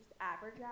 average